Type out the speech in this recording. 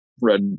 red